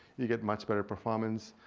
you get much better performance.